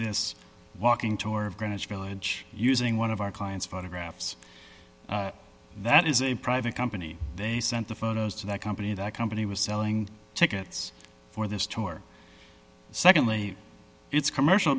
this walking tour of greenwich village using one of our clients photographs that is a private company they sent the photos to that company that company was selling tickets for this tour secondly it's commercial